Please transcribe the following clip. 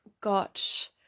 got